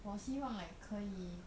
我希望 like 可以